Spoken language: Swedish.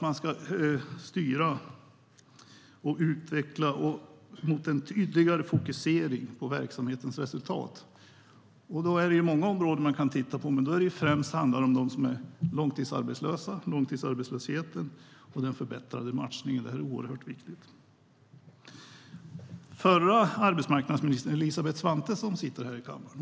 Man ska styra och utveckla mot en tydligare fokusering på verksamhetens resultat. Då är det många områden man kan titta på, men det handlar främst om långtidsarbetslöshet och förbättrad matchning. Det är oerhört viktigt. Förra arbetsmarknadsministern, Elisabeth Svantesson, sitter här i kammaren.